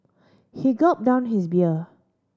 he gulped down his beer